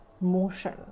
motion